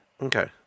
Okay